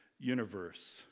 Universe